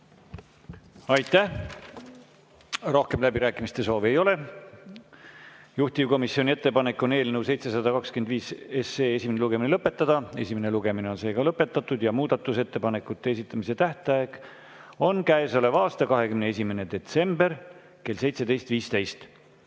Aitäh! Rohkem läbirääkimiste soovi ei ole. Juhtivkomisjoni ettepanek on eelnõu 725 esimene lugemine lõpetada. Esimene lugemine on lõpetatud. Muudatusettepanekute esitamise tähtaeg on käesoleva aasta 21. detsember kell 17.15.